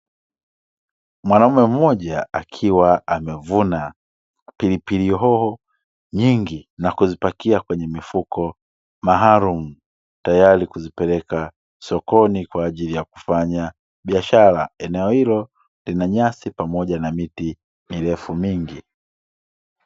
Mwanaume mmoja akiwa amevuna pilipili hoho nyingi na kuzipakia kwenye mifuko maalumu, tayari kuzipeleka sokoni kwa ajili ya kufanya biashara. Eneo hilo lina nyasi pamoja na miti mirefu mingi.